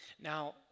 Now